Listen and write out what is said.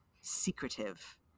secretive